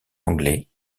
anglais